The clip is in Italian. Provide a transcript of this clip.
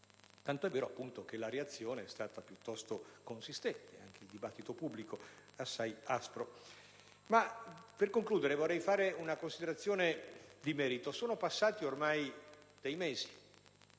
tant'è vero che la reazione è stata piuttosto consistente e il dibattito pubblico assai aspro. Per concludere, vorrei fare una considerazione di merito. Sono passati ormai dei mesi,